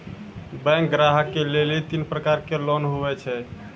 Bank ग्राहक के लेली तीन प्रकर के लोन हुए छै?